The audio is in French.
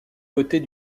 côtés